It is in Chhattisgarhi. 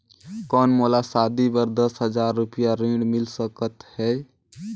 कौन मोला शादी बर दस हजार रुपिया ऋण मिल सकत है?